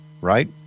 right